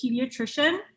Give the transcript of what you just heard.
pediatrician